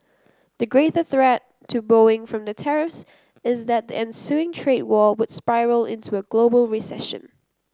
the greater threat to Boeing from the tariffs is that ensuing trade war were spiral into a global recession